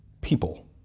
people